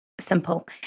simple